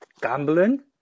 gambling